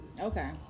Okay